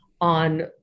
on